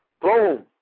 Boom